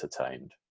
entertained